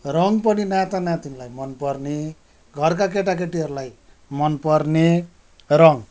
रङ पनि नाता नातिनीलाई मनपर्ने घरका केटाकेटीहरूलाई मनपर्ने रङ